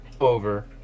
Over